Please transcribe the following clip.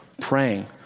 praying